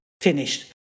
finished